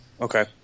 Okay